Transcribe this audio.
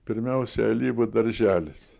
pirmiausia alyvų darželis